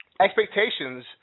expectations